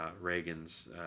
Reagan's